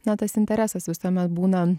na tas interesas visuomet būna